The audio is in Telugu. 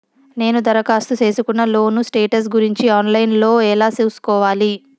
నేను దరఖాస్తు సేసుకున్న లోను స్టేటస్ గురించి ఆన్ లైను లో ఎలా సూసుకోవాలి?